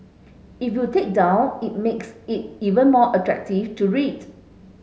if you take down it makes it even more attractive to read